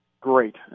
great